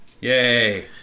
Yay